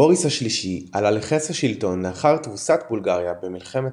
בוריס השלישי עלה לכס השלטון לאחר תבוסת בולגריה במלחמת